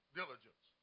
diligence